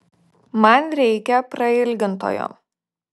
man reikia prailgintojo